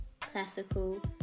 classical